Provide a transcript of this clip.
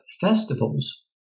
festivals